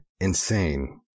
insane